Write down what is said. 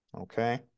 Okay